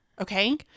Okay